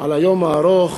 על היום הארוך,